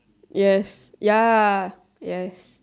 yes ya yes